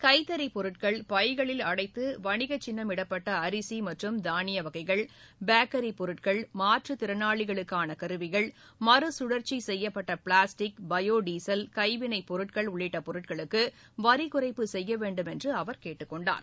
கைத்தறி பொருட்கள் பைகளில் அடைத்து வணிகச்சின்னம் இடப்பட்ட அரிசி மற்றும் தானிய வகைகள் பேக்கரி பொருட்கள் மாற்றுத் திறனாளிகளுக்கான கருவிகள் மறுகழற்சி செய்யப்பட்ட பிளாஸ்டிக் பயோ டீசல் கைவினைப் பொருட்கள் உள்ளிட்ட பொருட்களுக்கு வரிக்குறைப்பு செய்ய வேண்டும் என்று அவர் கேட்டுக் கொண்டார்